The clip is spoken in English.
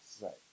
Right